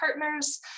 partners